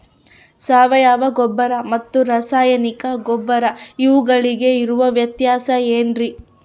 ಸಾವಯವ ಗೊಬ್ಬರ ಮತ್ತು ರಾಸಾಯನಿಕ ಗೊಬ್ಬರ ಇವುಗಳಿಗೆ ಇರುವ ವ್ಯತ್ಯಾಸ ಏನ್ರಿ?